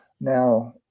Now